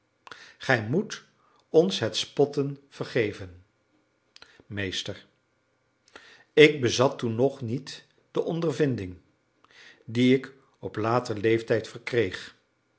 gij moet ons het spotten vergeven meester ik bezat toen nog niet de ondervinding die ik op later leeftijd verkreeg